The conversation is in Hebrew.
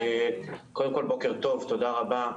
קודם כל בוקר טוב, תודה רבה,